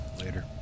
later